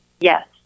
Yes